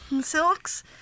silks